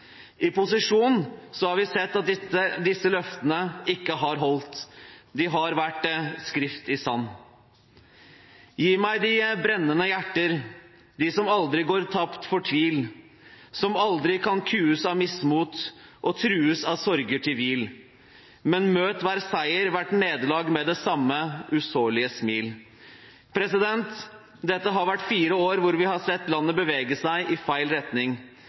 I posisjon har vi sett at disse løftene ikke har holdt. De har vært skrift i sand. «Gi meg de brendende hjerter, som aldri gir tapt for tvil, som aldri kan kues av mismot og trues av sorger til hvil, men møter hver seier, hvert nederlag med det samme usårlige smil.» Dette har vært fire år hvor vi har sett landet bevege seg i feil retning.